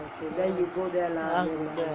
ah go there